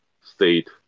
state